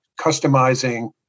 customizing